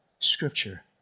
Scripture